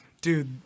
Dude